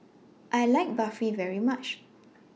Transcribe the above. I like Barfi very much